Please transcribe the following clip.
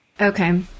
Okay